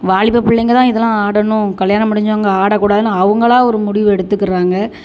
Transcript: வாலிப பிள்ளைங்களும் இதெல்லாம் ஆடணும் கல்யாணம் முடிஞ்சவங்க ஆட கூடாதுன்னு அவங்களா ஒரு முடிவு எடுத்துக்கிட்டுறாங்க